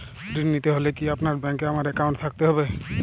ঋণ নিতে হলে কি আপনার ব্যাংক এ আমার অ্যাকাউন্ট থাকতে হবে?